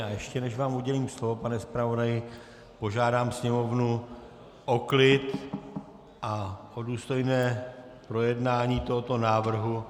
A ještě než vám udělím slovo, pane zpravodaji, požádám sněmovnu o klid a o důstojné projednání tohoto návrhu.